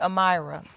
Amira